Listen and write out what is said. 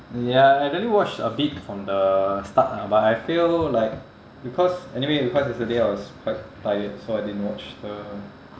ya I only watched a bit from the start ah but I feel like because anyway because yesterday I was quite tired so I didn't watch the